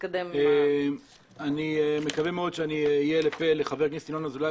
אני מקווה מאוד שאני אהיה לפה לחבר הכנסת ינון אזולאי